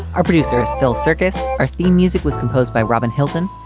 our producer is phil circus. our theme music was composed by robin hilton.